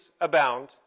abound